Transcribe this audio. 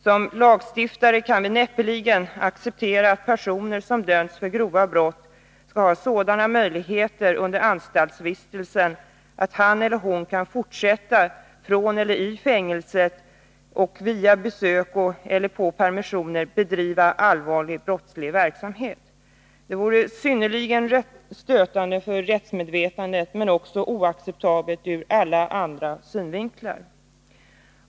Som lagstiftare kan vi näppeligen acceptera att personer som dömts för grova brott skall ha sådana möjligheter under anstaltsvistelsen att han eller hon kan fortsätta att från eller i fängelset och via besök eller på permissioner bedriva allvarlig brottslig verksamhet. Det vore synnerligen stötande för rättsmedvetandet men också oacceptabelt ur alla andra synvinklar.